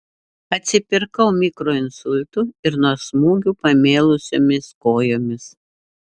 atsipirkau mikroinsultu ir nuo smūgių pamėlusiomis kojomis